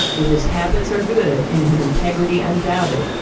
if his habits are good and his integrity undoubted,